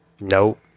Nope